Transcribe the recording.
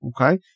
okay